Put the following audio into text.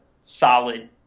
solid